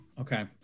Okay